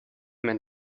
man